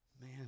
man